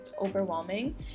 overwhelming